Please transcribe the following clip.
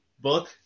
book